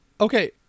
Okay